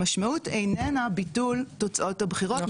המשמעות איננה ביטול תוצאות הבחירות,